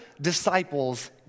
disciples